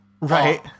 Right